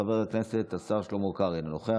חבר הכנסת השר שלמה קרעי אינו נוכח,